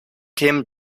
kim